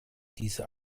diese